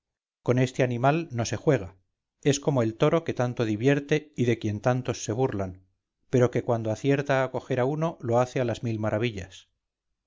con este animal no se juega es como el toro que tanto divierte y de quien tantos se burlan pero que cuando acierta a coger a uno lo hace a las mil maravillas